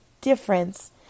difference